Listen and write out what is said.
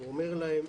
אומר להם,